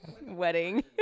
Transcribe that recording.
wedding